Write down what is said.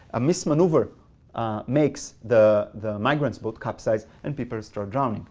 and this maneuver makes the the migrant's boat capsize, and people start drowning